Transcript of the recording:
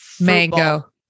mango